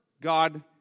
God